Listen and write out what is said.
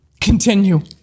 continue